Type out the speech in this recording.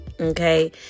Okay